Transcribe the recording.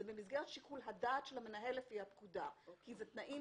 זה במסגרת שיקול הדעת של המנהל לפי הפקודה כי אלה תנאים